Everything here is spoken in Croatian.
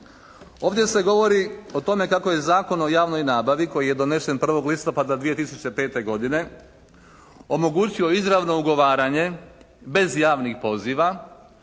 Ovdje se govori o tome kako je Zakon o javnoj nabavi koji je donesen 1. listopada 2005. godine omogućio izravno ugovaranje bez javnih poziva,